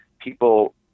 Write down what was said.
people